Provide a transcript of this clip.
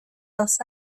los